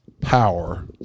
power